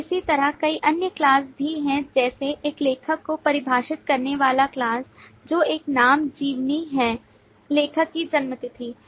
तो इसी तरह कई अन्य class भी हैं जैसे एक लेखक को परिभाषित करने वाला class जो एक नाम जीवनी है लेखक की जन्मतिथि